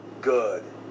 good